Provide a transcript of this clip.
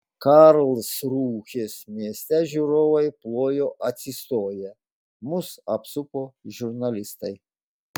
karlsrūhės mieste žiūrovai plojo atsistoję mus apsupo žurnalistai